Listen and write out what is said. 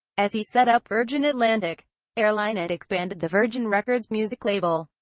as he set up virgin atlantic airline and expanded the virgin records music label.